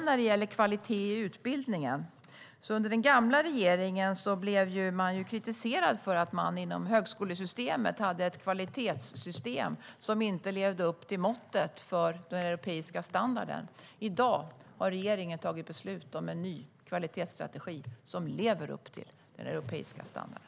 När det gäller kvaliteten i utbildningen kan jag säga att man under den gamla regeringen blev kritiserad inom högskolesystemet för att man hade ett kvalitetssystem som inte levde upp till den europeiska standarden. I dag har regeringen tagit beslut om en ny kvalitetsstrategi som lever upp till den europeiska standarden.